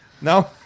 No